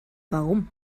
warum